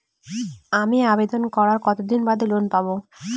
আমি আবেদন করার কতদিন বাদে লোন পাব?